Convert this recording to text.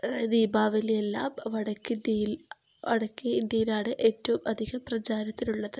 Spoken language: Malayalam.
അതായത് ദീപാവലിയെല്ലാം വടക്ക് ഇന്ത്യയിൽ വടക്കേ ഇന്ത്യയിലാണ് ഏറ്റവും അധികം പ്രചാരത്തിലുള്ളത്